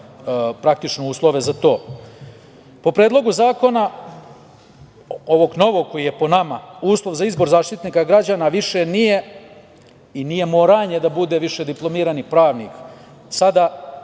praktično uslove za to. Po Predlogu zakona, ovog novog, koji je po nama uslov za izbor Zaštitnika građana, više nije moranje da bude diplomirani pravnik. Sada